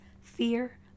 fear